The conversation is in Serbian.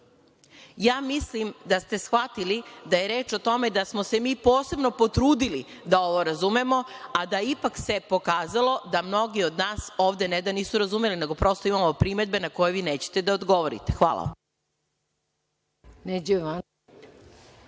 Ja mislim da ste shvatili da je reč o tome da smo se mi posebno potrudili da ovo razumemo, a da se ipak pokazalo da mnogi od nas ovde ne da nisu razumeli nego, prosto, imamo primedbe na koje vi nećete da odgovorite. Hvala.